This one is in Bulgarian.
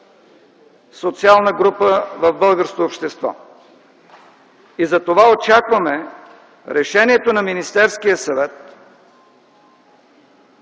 социална група в българското общество. Затова очакваме решението на Министерския съвет